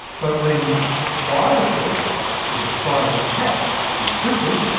but when spider silk with a spider attached is twisted,